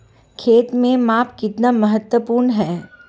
खेत में माप कितना महत्वपूर्ण है?